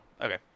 okay